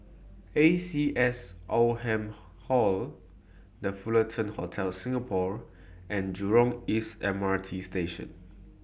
A C S Oldham Hall The Fullerton Hotel Singapore and Jurong East M R T Station